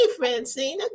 Francina